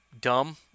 dumb